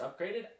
upgraded